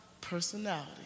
personality